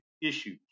issues